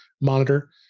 monitor